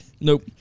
Nope